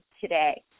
today